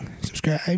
subscribe